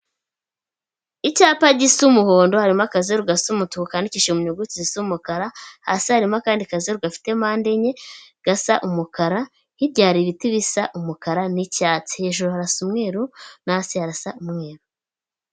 Icyapa gisa umuhondo, harimo akazeru gasa umutuku kandikishije mu nyuguti zisa umukara, hasi harimo akandi kazeru gafite mpande enye gasa umukara, hirya hari ibiti bisa umukara n'icyatsi, hejuru harasa umweru no hasi harasa umweru.